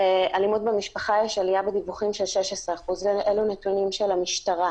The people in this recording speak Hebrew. באלימות במשפחה יש עלייה בדיווחים של 16% - אלה נתונים של המשטרה.